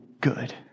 good